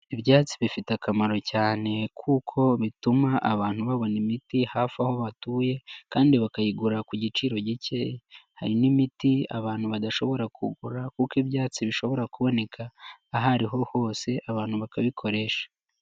Ibyatsi bifite akamaro cyane kuko bituma abantu babona imiti hafi aho batuye kandi bakayigura ku giciro gike, hari n'imiti abantu badashobora kugura kuko ibyatsi bishobora kuboneka aho ari hose, abantu bakabikoresha.